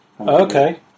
Okay